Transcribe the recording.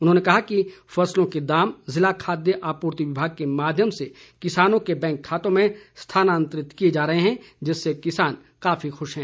उन्होंने कहा कि फसलों के दाम जिला खाद्य व आपूर्ति विभाग के माध्यम से किसानों के बैंक खातों में स्थानांतरित किए जा रहे हैं जिससे किसान काफी खुश हैं